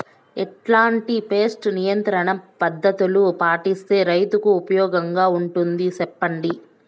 ఎట్లాంటి పెస్ట్ నియంత్రణ పద్ధతులు పాటిస్తే, రైతుకు ఉపయోగంగా ఉంటుంది సెప్పండి?